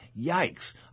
yikes